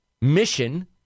mission